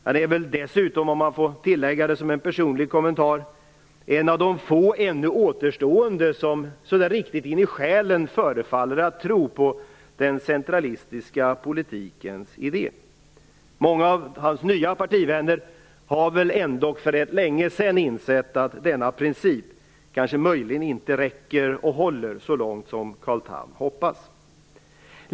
Han är väl dessutom, om man som en personlig kommentar får tillägga det, en av de få ännu återstående som så där riktigt in i själen förefaller tro på den centralistiska politikens idé. Många av hans partivänner har väl ändå för rätt länge sedan insett att denna princip möjligen inte räcker och håller så långt som Carl Tham hoppas.